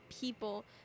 people